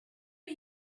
are